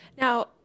Now